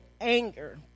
anger